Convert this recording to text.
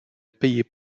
payaient